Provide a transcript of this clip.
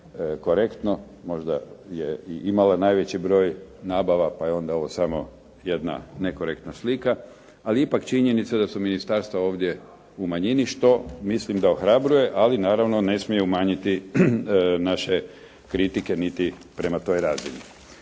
korektno, možda je i imalo najveći broj nabava pa je onda ovo samo jedna nekorektna slika, ali ipak činjenice da su ministarstva ovdje u manjini što mislim da ohrabruje, ali naravno ne smije umanjiti naše kritike niti prema toj razini.